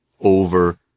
over